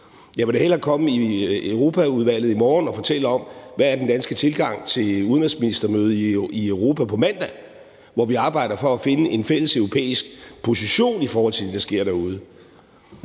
Jeg vil da hellere komme i Europaudvalget i morgen og fortælle om, hvad den danske tilgang er til udenrigsministermødet i Europa på mandag, hvor vi arbejder for at finde en fælles europæisk position i forhold til det, der sker derude.